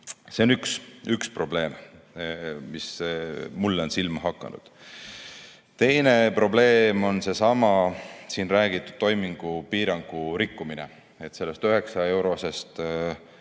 See on üks probleem, mis mulle on silma hakanud. Teine probleem on seesama siin räägitud toimingupiirangu rikkumine. Just küsiti